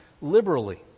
liberally